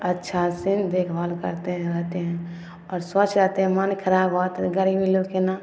अच्छा से देखभाल करतै रहतै आओर स्वस्थ रहतै मन खराब होत गरीबी लोकके ने